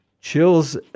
chills